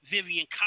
Vivian